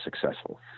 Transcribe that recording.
successful